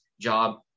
job